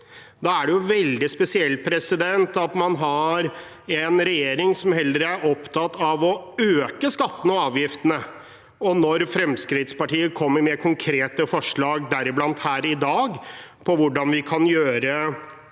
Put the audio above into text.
er det veldig spesielt at man har en regjering som heller er opptatt av å øke skattene og avgiftene. Når Fremskrittspartiet kommer med konkrete forslag, bl.a. her i dag, om hvordan vi kan gjøre